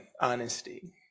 honesty